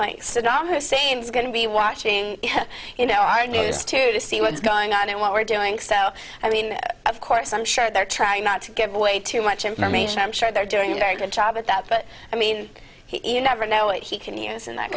like saddam hussein's going to be watching you know our news too to see what's going on and what we're doing so i mean of course i'm sure they're trying not to give away too much information i'm sure they're doing a very good job at that but i mean he you never know what he can use and